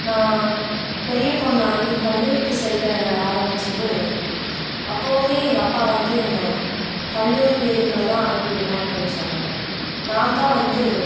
நான் பெரிய பொண்ணாகி கல்லூரிக்கு செல்ல ஆரம்பிச்சது அப்போவுமே எங்கள் அப்பா வந்து என்னை கல்லூரி பேருந்தில் தான் அனுப்பி விடுகிறேன் அப்படின்னு சொன்னார் நான் தான் வந்து